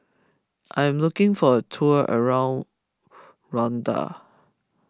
I am looking for a tour around Rwanda